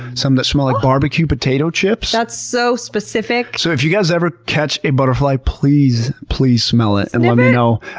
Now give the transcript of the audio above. some that smell like barbecue potato chips. that's so specific. so if you guys ever catch a butterfly, please, please smell it and let me know.